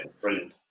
brilliant